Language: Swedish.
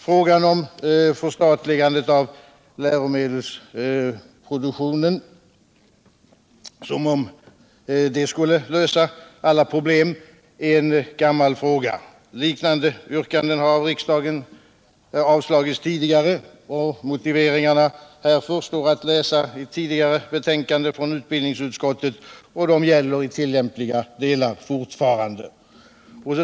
Frågan om förstatligande av läromedelsproduktionen — som om det skulle lösa alla problem —- är gammal. Liknande yrkanden har av riksdagen avslagits tidigare. Motiveringarna härför står att läsa i tidigare betänkande från utbildningsutskottet, och de gäller i tillämpliga delar fortfarande.